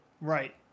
right